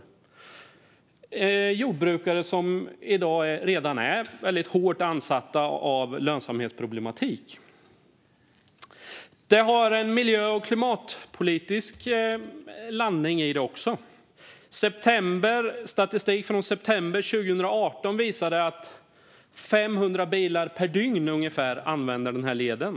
Detta är jordbrukare som i dag redan är väldigt hårt ansatta av lönsamhetsproblematik. Det finns också ett miljö och klimatpolitiskt perspektiv här. Statistik från september 2018 visade att ungefär 500 bilar per dygn använder den här leden.